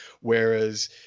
whereas